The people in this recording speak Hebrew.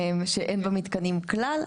שאין בה מתקנים כלל.